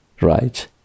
right